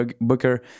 Booker